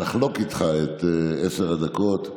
את עשר הדקות.